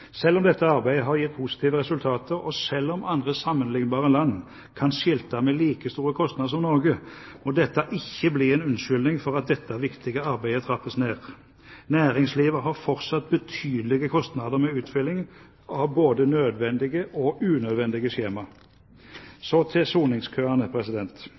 Selv om dette arbeidet har gitt positive resultater, og selv om andre, sammenlignbare land kan skilte med like store kostnader som Norge, må dette ikke bli en unnskyldning for at dette viktige arbeidet trappes ned. Næringslivet har fortsatt betydelige kostnader med utfylling av både nødvendige og unødvendige